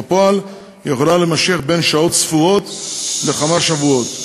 היושב-ראש בפועל יכולה להימשך בין שעות ספורות לכמה שבועות,